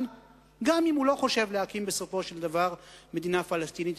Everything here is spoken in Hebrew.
גם אם הוא לא חושב להקים בסופו של דבר מדינה פלסטינית,